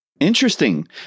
interesting